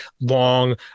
long